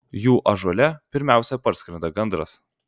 jų ąžuole pirmiausia parskrenda gandras